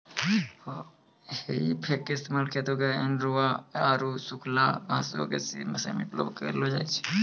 हेइ फोक के इस्तेमाल खेतो मे अनेरुआ आरु सुखलका घासो के समेटै मे करलो जाय छै